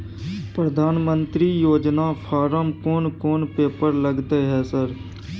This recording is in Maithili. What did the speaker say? प्रधानमंत्री योजना फारम कोन कोन पेपर लगतै है सर?